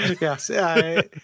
Yes